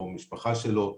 קרוב משפחה שלו,